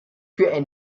für